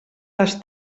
les